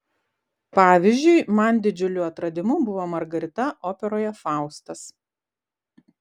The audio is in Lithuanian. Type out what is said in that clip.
pavyzdžiui man didžiuliu atradimu buvo margarita operoje faustas